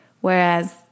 whereas